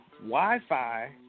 Wi-Fi